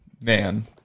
Man